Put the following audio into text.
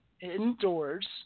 indoors